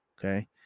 Okay